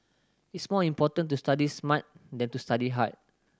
it's more important to study smart than to study hard